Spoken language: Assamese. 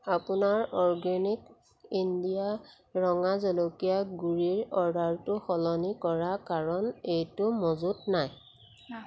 আপোনাৰ অৰ্গেনিক ইণ্ডিয়া ৰঙা জলকীয়া গুড়িৰ অৰ্ডাৰটো সলনি কৰা কাৰণ এইটো মজুত নাই